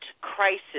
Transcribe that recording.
crisis